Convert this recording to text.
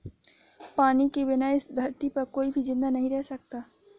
पानी के बिना इस धरती पर कोई भी जिंदा नहीं रह सकता है